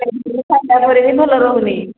ସେ ହି ଭଲ ରହୁନି